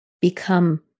become